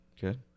Good